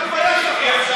תתבייש לך.